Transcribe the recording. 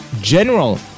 general